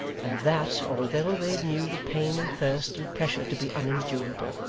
and that although they knew the pain, and thirst, and pressure to be unendurable.